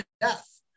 death